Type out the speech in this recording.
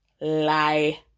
lie